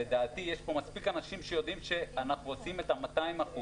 לדעתי יש פה מספיק אנשים שיודעים שאנחנו עושים את ה-200%.